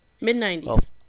Mid-90s